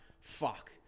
fuck